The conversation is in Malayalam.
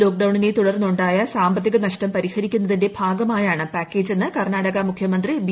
ലോക്ഡൌണീനെ തുടർന്നുണ്ടായ സാമ്പത്തിക നഷ്ടം പരിഹരിക്കുന്നതിന്റെ ഭി്ഗമായാണ് പാക്കേജെന്ന് കർണ്ണാടക മുഖ്യമന്ത്രി ബി